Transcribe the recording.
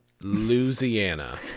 Louisiana